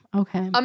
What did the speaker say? okay